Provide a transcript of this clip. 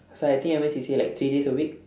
so I think I went C_C_A like three days a week